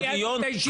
אני ניהלתי את הישיבה.